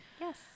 yes